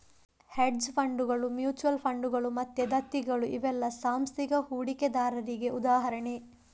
hedge ಫಂಡುಗಳು, mutual ಫಂಡುಗಳು ಮತ್ತೆ ದತ್ತಿಗಳು ಇವೆಲ್ಲ ಸಾಂಸ್ಥಿಕ ಹೂಡಿಕೆದಾರರಿಗೆ ಉದಾಹರಣೆ